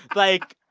like,